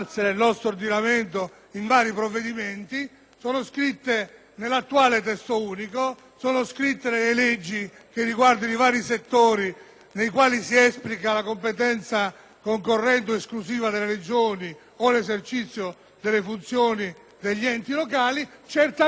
in vari provvedimenti, sono scritte nell'attuale testo unico, sono scritte nelle leggi riguardanti i vari settori nei quali si esplica la competenza concorrente o esclusiva delle Regioni o l'esercizio delle funzioni degli enti locali. Certamente esiste un'esigenza,